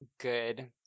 good